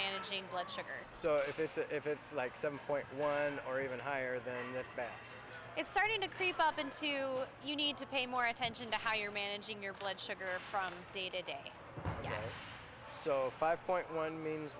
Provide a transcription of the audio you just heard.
managing blood sugar so if it's if it's like some point or even higher than that it's starting to creep up into you need to pay more attention to how you're managing your blood sugar from day to day so five point one